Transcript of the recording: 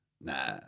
Nah